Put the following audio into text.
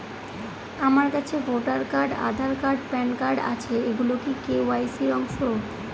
আমার কাছে voter card Aadhaar card PAN card আছে এগুলো কি কে.ওয়াই.সি র অংশ?